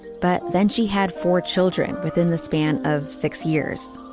but then she had four children within the span of six years